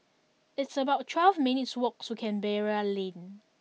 it's about twelve minutes' walk to Canberra Lane